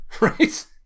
Right